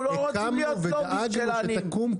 אנחנו לא רוצים להיות לובי של עניים.